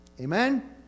Amen